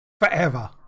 forever